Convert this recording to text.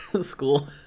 school